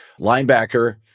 linebacker